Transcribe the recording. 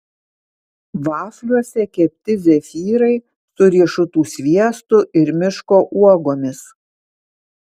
vafliuose kepti zefyrai su riešutų sviestu ir miško uogomis